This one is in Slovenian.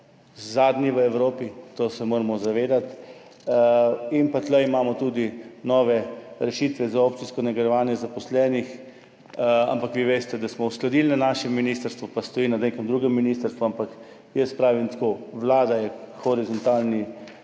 zadnji v Evropi, tega se moramo zavedati. In pa tu imamo tudi nove rešitve za opcijsko nagrajevanje zaposlenih, ampak vi veste, da smo uskladili na našem ministrstvu, pa stoji na nekem drugem ministrstvu, ampak jaz pravim tako, vlada horizontalno